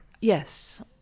Yes